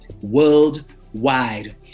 worldwide